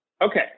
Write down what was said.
Okay